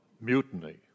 mutiny